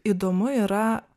įdomu yra